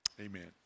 Amen